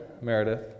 Meredith